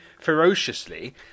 ferociously